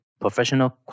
professional